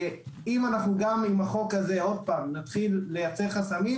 אם אנו בחוק הזה נתחיל לייצר חסמים,